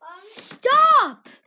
Stop